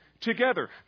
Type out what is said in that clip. together